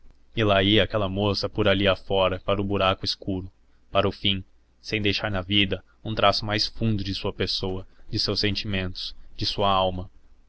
lá ia aquela moça por ali afora para o buraco escuro para o fim sem deixar na vida um traço mais fundo de sua pessoa de seus sentimentos de sua alma